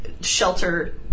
shelter